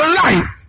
life